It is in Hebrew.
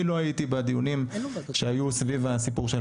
אני לא הייתי בדיונים שהיו סביב הסיפור של